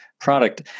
product